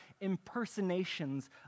impersonations